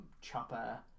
chopper